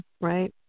right